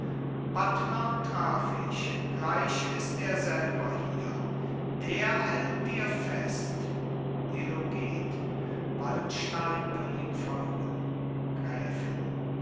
buttlern traf ich gleich ist er selber hier der hält dir fest illo geht wallenstein will ihm folgen gräfin